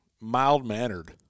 mild-mannered